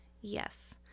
Yes